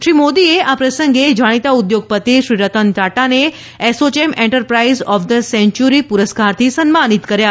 શ્રી મોદીએ આ પ્રસંગે જાણીતા ઉદ્યોગપતિ શ્રી રતન ટાટાને ASSOCHAM enterprise of the century પુરસ્કારથી સન્માનિત કર્યા